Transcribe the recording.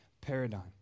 paradigm